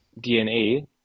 DNA